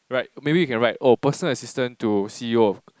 right maybe you can write oh personal assistant to c_e_o of